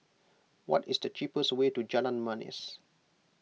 what is the cheapest way to Jalan Manis